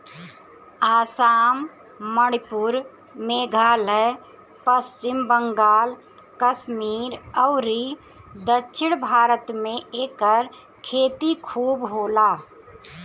आसाम, मणिपुर, मेघालय, पश्चिम बंगाल, कश्मीर अउरी दक्षिण भारत में एकर खेती खूब होला